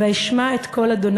"ואשמע את קול ה'